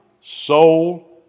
soul